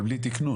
אבל בלי תיקנון.